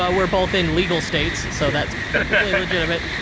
ah we're both in legal states, so that's perfectly legitimate.